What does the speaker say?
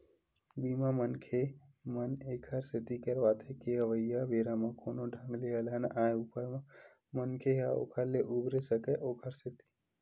बीमा, मनखे मन ऐखर सेती करवाथे के अवइया बेरा म कोनो ढंग ले अलहन आय ऊपर म मनखे ह ओखर ले उबरे सकय ओखर सेती